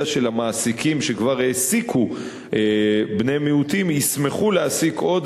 של המעסיקים שכבר העסיקו בני-מיעוטים ישמחו להעסיק עוד,